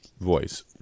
voice